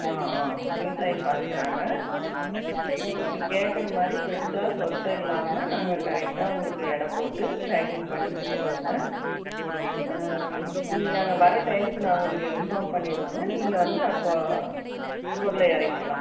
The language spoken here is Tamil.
ஆ ஆ விவசாயம் பார்த்துக்கறாங்க உங்களுக்கு கேட்கற மாதிரி ஃப்ரெஷ்ஷாக சொத்த இல்லாமல் நாங்கள் கரெக்ட்டாக உங்களுக்கு எடை போட்டு பேக்கிங் பண்ணிக் கொடுத்துருவோங்க நீங்கள் அங்கே வர டைம்க்கு நாங்கள் உங்களுக்கு இன்ஃபார்ம் பண்ணிடுவோங்க நீங்கள் வந்து அப்போ பொருளை இறக்கிலாம்